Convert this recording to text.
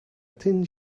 thin